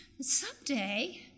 Someday